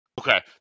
okay